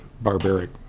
barbaric